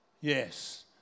Yes